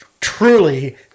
truly